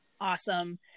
Awesome